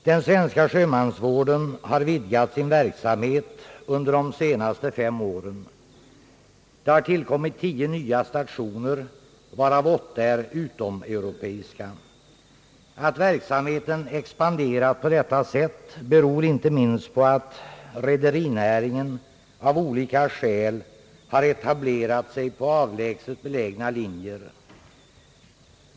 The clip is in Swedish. Den svenska sjömansvården har vidgat sin verksamhet under de senaste fem åren. Det har tillkommit tio nya stationer, av vilka åtta är utomeuropeiska. Att verksamheten expanderat på detta sätt beror inte minst på att rederinäringen av olika skäl har etablerat sig på avlägset belägna linjer.